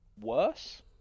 worse